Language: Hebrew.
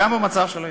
גם במצב של היום.